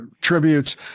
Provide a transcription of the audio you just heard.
tributes